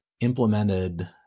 implemented